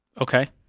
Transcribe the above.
Okay